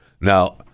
Now